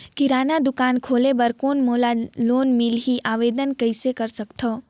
किराना दुकान खोले बर कौन मोला लोन मिलही? आवेदन कइसे कर सकथव?